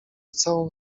całą